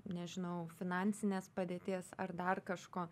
nežinau finansinės padėties ar dar kažko